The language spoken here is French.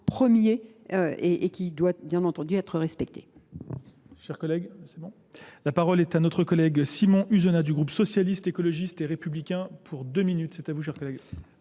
premier et qui doit bien entendu être respecté.